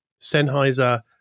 Sennheiser